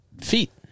Feet